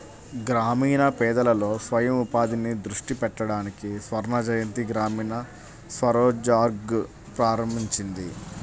గ్రామీణ పేదలలో స్వయం ఉపాధిని దృష్టి పెట్టడానికి స్వర్ణజయంతి గ్రామీణ స్వరోజ్గార్ ప్రారంభించింది